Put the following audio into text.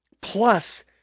plus